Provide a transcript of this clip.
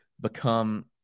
become